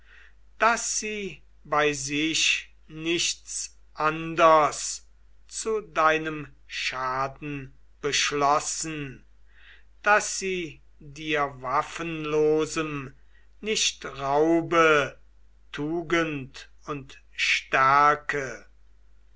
daß sie bei sich nichts anders zu deinem schaden beschlossen daß sie dir waffenlosem nicht raube tugend und stärke